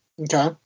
okay